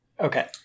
Okay